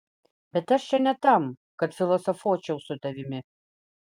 bet aš čia ne tam kad filosofuočiau su tavimi